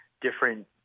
different